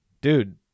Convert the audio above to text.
dude